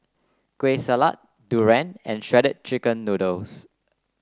Kueh Salat Durian and Shredded Chicken Noodles